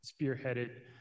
spearheaded